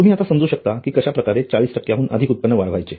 तुम्ही आता समजू शकता कि'कश्याप्रकारे ४० हुन अधिक उत्पन्न वाढवायचे